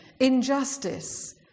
injustice